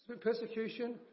persecution